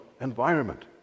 environment